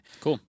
Cool